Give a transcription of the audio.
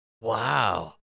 Wow